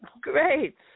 Great